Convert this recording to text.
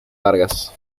vargas